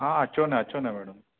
हा अचो न अचो न